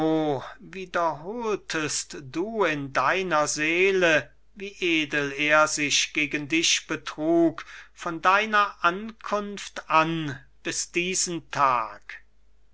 wiederholtest du in deiner seele wie edel er sich gegen dich betrug von deiner ankunft an bis diesen tag